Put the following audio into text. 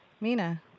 Mina